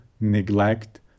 neglect